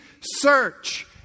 search